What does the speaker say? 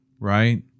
right